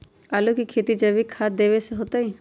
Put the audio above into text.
आलु के खेती जैविक खाध देवे से होतई?